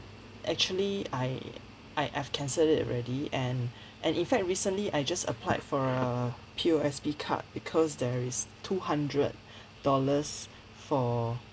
actually I I I've cancelled it already and and in fact recently I just applied for a P_O_S_B card because there is two hundred dollars for